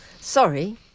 sorry